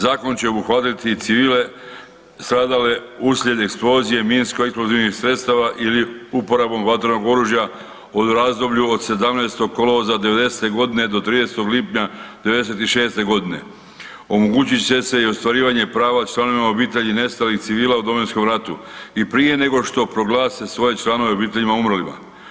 Zakon će obuhvatiti civile stradale uslijed eksplozije minsko-eksplozivnih sredstava ili uporabom vatrenog oružja u razdoblju od 17. kolovoza '90. g. do 30 lipnja '96. g. Omogućit će se i ostvarivanje prava članovima obitelji nestalih civila u Domovinskom ratu i prije nego što proglase svoje članove obitelji umrlima.